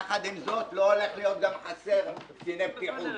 יחד עם זאת, לא הולך להיות חסר קציני בטיחות.